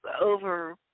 over